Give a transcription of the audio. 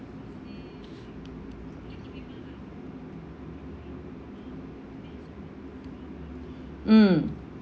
mm